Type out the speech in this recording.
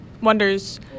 wonders